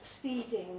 pleading